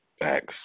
Thanks